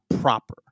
proper